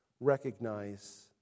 recognize